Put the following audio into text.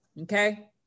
Okay